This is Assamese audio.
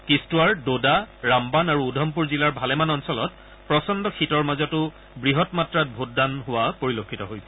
কিষ্টৱাৰ দদা ৰামবান আৰু উধমপুৰ জিলাৰ ভালেমান অঞ্চলত প্ৰচণ্ড শীতৰ মাজতো বৃহৎ মাত্ৰাত ভোট দান হোৱা পৰিলক্ষিত হৈছে